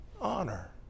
Honor